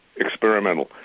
experimental